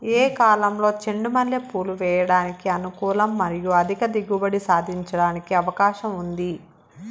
ఏ కాలంలో చెండు మల్లె పూలు వేయడానికి అనుకూలం మరియు అధిక దిగుబడి సాధించడానికి అవకాశం ఉంది?